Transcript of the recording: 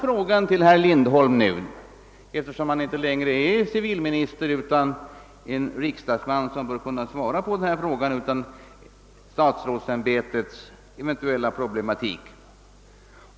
re är civilminister utan riksdagsman och bör kunna svara på frågan utan hänsyn till statsrådsämbetets eventuella problematik.